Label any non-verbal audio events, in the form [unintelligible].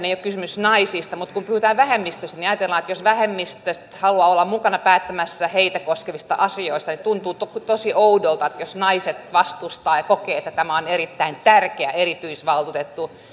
[unintelligible] ei ole kysymys naisista mutta yleensä kun puhutaan vähemmistöistä niin ajatellaan että vähemmistöt haluavat olla mukana päättämässä heitä koskevista asioista ja tuntuu tosi oudolta että jos naiset vastustavat ja kokevat että tämä on erittäin tärkeä erityisvaltuutettu